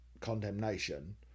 condemnation